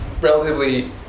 relatively